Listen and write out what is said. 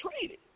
traded